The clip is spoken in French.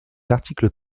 l’article